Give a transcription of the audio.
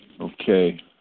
Okay